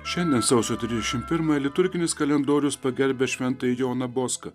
šiandien sausio trisdešim pirmąją liturginis kalendorius pagerbia šventąjį joną boską